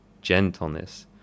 gentleness